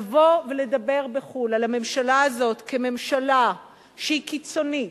לבוא ולדבר בחו"ל על הממשלה הזאת כממשלה שהיא קיצונית,